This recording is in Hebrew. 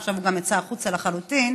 עכשיו גם יצא החוצה לחלוטין.